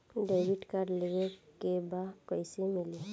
Debit card लेवे के बा कईसे मिली?